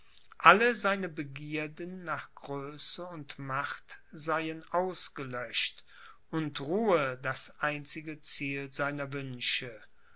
alle seine begierden nach größe und macht seien ausgelöscht und ruhe das einzige ziel seiner wünsche